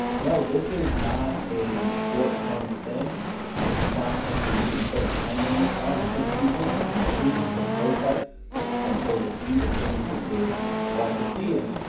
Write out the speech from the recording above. you know, this is not a short term thing ah this is not something that you can put a time limit on. i think people should continue to protest until they see the changes that they want to see. and,